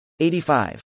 85